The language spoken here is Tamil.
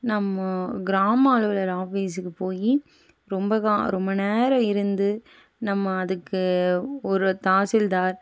நம்ம கிராம அலுவலர் ஆஃபீஸ்க்கு போய் ரொம்ப கா ரொம்ப நேரம் இருந்து நம்ம அதுக்கு ஒரு தாசில்தார்